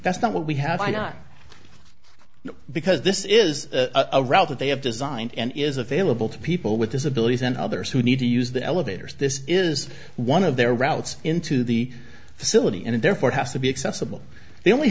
that's not what we have i not because this is a route that they have designed and is available to people with disabilities and others who need to use the elevators this is one of their routes into the facility and therefore has to be accessible they only